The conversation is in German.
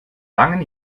langen